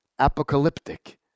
apocalyptic